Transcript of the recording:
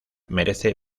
merece